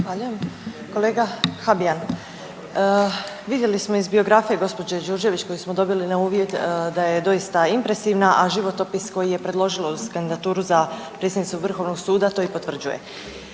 Kolega Habijan, vidjeli smo iz biografije gđe. Đurđević koju smo dobili na uvid da je doista impresivna a životopis koji je predložilo kandidaturu za predsjednicu Vrhovnog suda to i potvrđuje.